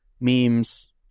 memes